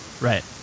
Right